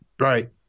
Right